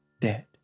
dead